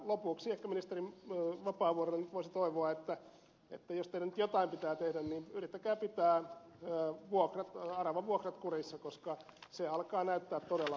lopuksi ehkä ministeri vapaavuorelta voisi toivoa että jos teidän nyt jotain pitää tehdä niin yrittäkää pitää aravavuokrat kurissa koska ne alkavat näyttää todella huolestuttavilta